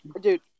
dude